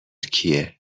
کیه